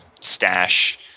Stash